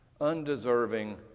undeserving